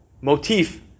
motif